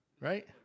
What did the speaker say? right